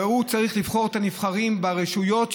והוא צריך לבחור את הנבחרים ברשויות,